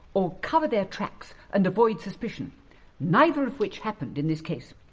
or cover their tracks and avoid suspicion neither of which happened in this case!